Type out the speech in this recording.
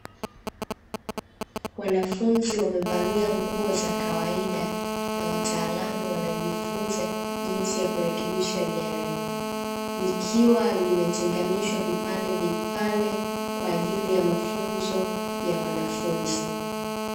Wanafunzi wamevalia nguo za kawaida, na wataalamu wanajifunza jinsi ya kurekebisha gari, likiwa limetenganishwa vipandevipande vipande kwa ajili ya mafunzo ya wanafunzi.